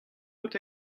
out